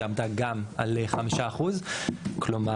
שעמדה גם על 5%. כלומר,